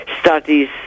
studies